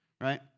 right